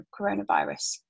coronavirus